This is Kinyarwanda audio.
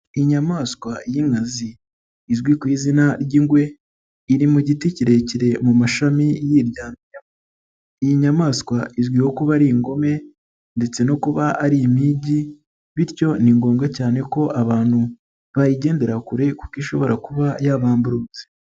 Inyamaswa y'inkazi izwi ku izina ry'ingwe, iri mu giti kirekire mu mashami yiryamiyemo, iyi nyamaswa izwiho kuba ari ingome ndetse no kuba ari impigi, bityo ni ngombwa cyane ko abantu bayigendera kure kuko ishobora kuba yabambura ubuzima.